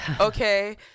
Okay